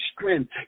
strength